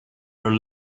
are